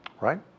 Right